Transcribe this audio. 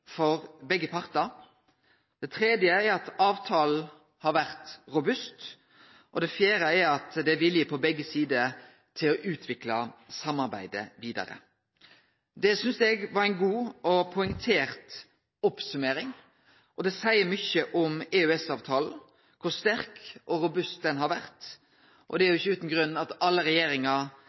for begge partar. Det tredje er at avtalen har vore robust. Og det fjerde er at det er vilje på både sider til å utvikle samarbeidet vidare. Det synest eg var ei god og poengtert oppsummering, og det seier mykje om EØS-avtalen, kor sterk og robust han har vore. Det er jo ikkje utan grunn at alle